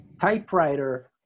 typewriter